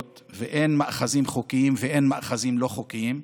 ושאין מאחזים חוקיים ומאחזים לא חוקיים.